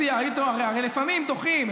הרי לפעמים דוחים,